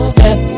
Step